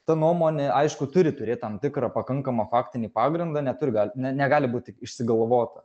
ta nuomonė aišku turi turėt tam tikrą pakankamą faktinį pagrindą neturi gal ne negali būt tik išsigalvota